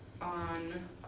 On